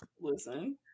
Listen